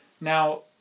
Now